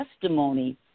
testimony